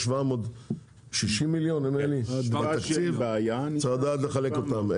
יש 760 מיליון בתקציב, וצריך לדעת לחלק אותם.